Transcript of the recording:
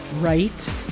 right